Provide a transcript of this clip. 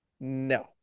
No